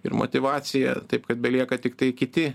ir motyvacija taip kad belieka tiktai kiti